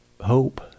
hope